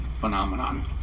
phenomenon